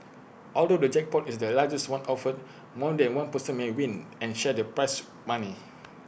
although the jackpot is the largest one offered more than one person may win and share the prize money